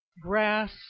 grass